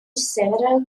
several